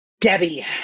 Debbie